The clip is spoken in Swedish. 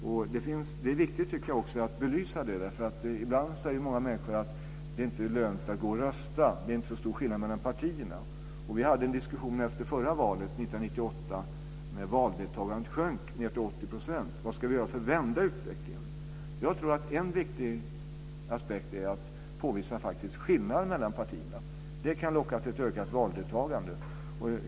Jag tycker också att det är viktigt att belysa detta. Ibland säger många människor att det inte är lönt att gå och rösta. Det är inte så stor skillnad mellan partierna. Vi hade en diskussion efter förra valet, 1998, då valdeltagandet sjönk ned till 80 % som gällde vad vi ska göra för att vända utvecklingen. Jag tror att en viktig aspekt är att faktiskt påvisa skillnaden mellan partierna. Det kan locka till ett ökat valdeltagande.